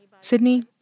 Sydney